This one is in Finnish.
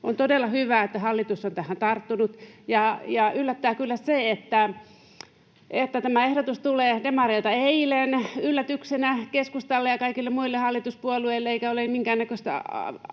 On todella hyvä, että hallitus on tähän tarttunut. Yllättää kyllä se, että tämä ehdotus tuli demareilta eilen yllätyksenä keskustalle ja kaikille muille hallituspuolueille eikä ole minkäännäköistä ajatusta